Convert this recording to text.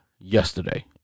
yesterday